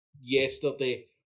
yesterday